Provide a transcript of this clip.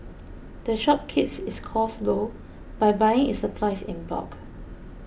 the shop keeps its costs low by buying its supplies in bulk